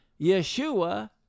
Yeshua